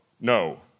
no